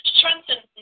Strengthen